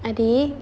adik